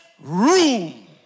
room